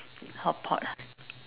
hotpot ah